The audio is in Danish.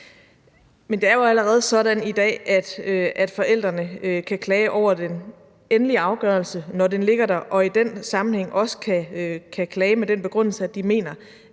Men det er jo allerede i dag sådan, at forældrene kan klage over den endelige afgørelse, når den ligger der, og i den sammenhæng også kan klage med den begrundelse, at de mener,